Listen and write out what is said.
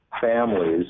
families